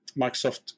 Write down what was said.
Microsoft